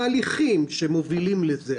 ההליכים שמובילים לזה.